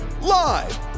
Live